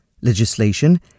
legislation